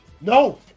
No